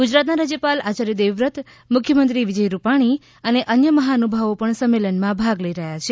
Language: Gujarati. ગુજરાતના રાજ્યપાલ આચાર્ય દેવવ્રત મુખ્યમંત્રી વિજય રૂપાણી અને અન્ય મહાનુભાવો પણ સંમેલનમાં ભાગ લઈ રહ્યા છે